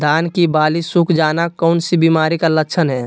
धान की बाली सुख जाना कौन सी बीमारी का लक्षण है?